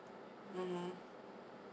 (uh huh)